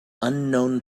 unknown